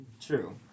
True